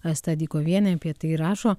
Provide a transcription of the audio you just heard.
asta dykovienė apie tai rašo